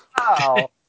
Wow